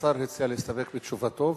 השר הציע להסתפק בתשובתו,